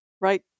right